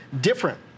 different